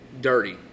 dirty